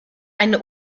eine